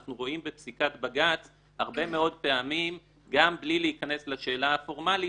אנחנו רואים בפסיקת בג"ץ הרבה מאוד פעמים גם בלי להיכנס לשאלה הפורמלית,